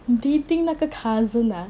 dating 那个 cousin ah